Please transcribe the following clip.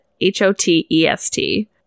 H-O-T-E-S-T